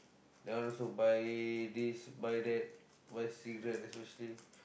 then I also buy this buy that worst cigarette especially